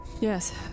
Yes